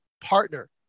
partner